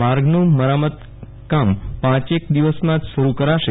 માર્ગનું મરામત કામ પાંચેક દિવસમાં જ શરૂ કરાશે